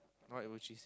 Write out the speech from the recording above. what would she say